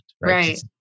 right